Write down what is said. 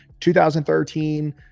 2013